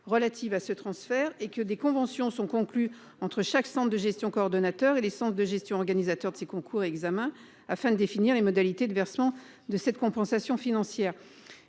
relatives à ce transfert et que des conventions sont conclus entre chaque centre de gestion coordonnateur et l'essence de gestion organisateur de ces concours, examens afin de définir les modalités de versement de cette compensation financière.